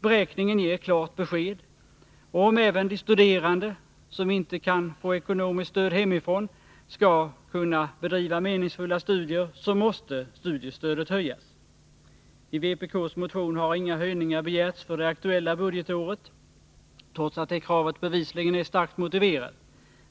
Beräkningen ger klart besked: Om även de studerande som inte kan få ekonomiskt stöd hemifrån skall kunna bedriva meningsfulla studier, måste studiestödet höjas. I vpk:s motion har inga höjningar begärts för det aktuella budgetåret, trots att det kravet bevisligen är starkt motiverat.